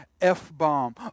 F-bomb